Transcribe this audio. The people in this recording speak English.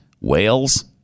whales